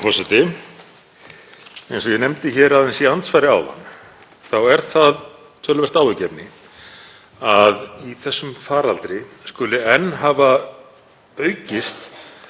Eins og ég nefndi hér aðeins í andsvari áðan er það töluvert áhyggjuefni að í þessum faraldri skuli enn hafa aukist